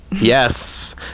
yes